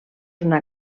una